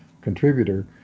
contributor